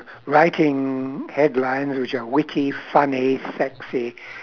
writing headlines which are witty funny sexy